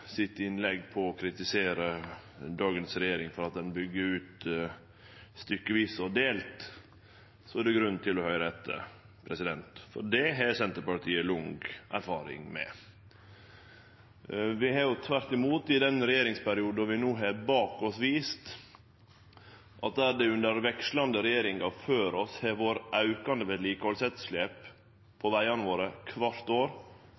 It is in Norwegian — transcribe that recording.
på å kritisere dagens regjering for å byggje ut stykkevis og delt, er det grunn til å høyre etter, for det har Senterpartiet lang erfaring med. Vi har tvert imot i den regjeringsperioden vi no har bak oss, vist at der det under vekslande regjeringar før oss har vore aukande vedlikehaldsetterslep på vegane våre kvart år,